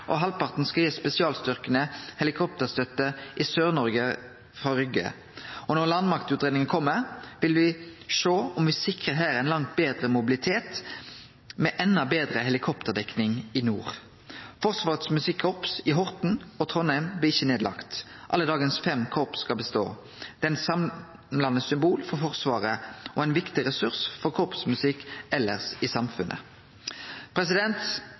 og halvparten skal gi spesialstyrkane helikopterstøtte i Sør-Noreg frå Rygge. Og når landmaktutgreiinga kjem, vil me sjå om me sikrar Hæren ein langt betre mobilitet med endå betre helikopterdekning i nord. Forsvarets musikkorps i Horten og Trondheim blir ikkje lagde ned, alle dagens fem korps skal bestå. Det er eit samlande symbol for Forsvaret og ein viktig ressurs for korpsmusikk elles i samfunnet.